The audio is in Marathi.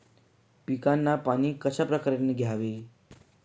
पिकांना पाणी कशाप्रकारे द्यावे?